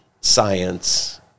science